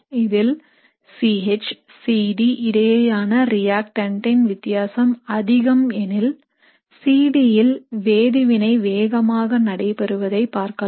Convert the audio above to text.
இதில் C H C D இடையேயான ரியாக்டண்டின் வித்தியாசம் அதிகம் எனில் C D ல் வேதிவினை வேகமாக நடைபெறுவதை பார்க்கலாம்